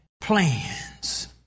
plans